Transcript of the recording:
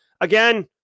again